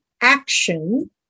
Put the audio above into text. action